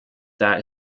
that